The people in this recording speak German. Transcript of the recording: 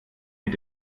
mit